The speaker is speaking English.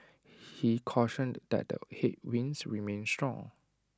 he cautioned that the headwinds remain strong